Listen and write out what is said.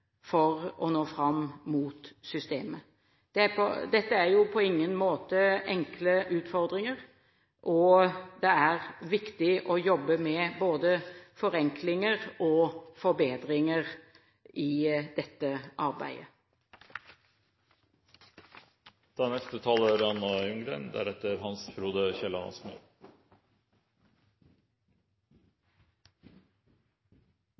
for å nå fram mot systemet. Dette er jo på ingen måte enkle utfordringer, og det er viktig å jobbe med både forenklinger og forbedringer i dette arbeidet.